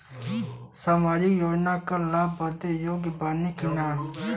सामाजिक योजना क लाभ बदे योग्य बानी की नाही?